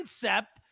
concept